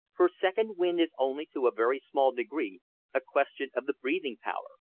for second wind is only to a very small degree a question of the breathing power.